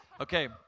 Okay